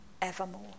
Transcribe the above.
evermore